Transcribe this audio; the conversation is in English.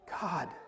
God